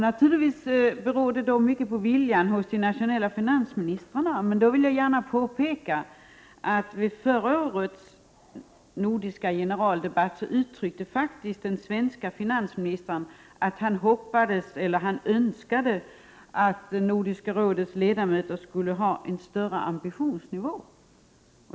Naturligtvis beror det då mycket på viljan hos de nordiska finansministrarna, men jag vill gärna påpeka att vid generaldebatten under Nordiska rådets möte förra året uttalade den svenske finansministern att han önskade att Nordiska rådets ledamöter skulle ha en större ambitionsnivå.